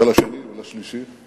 ולשני, ולשלישי,